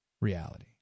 reality